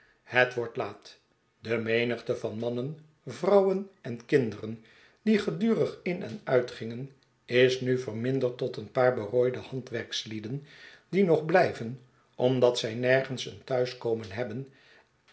het wordt laat de menigte van mannen vrouwen en kinderen die gedurig in en uitgingen is nu verminderd tot een paar berooide handwerkslieden die nog blijven omdat zij nergens een thuiskomen hebben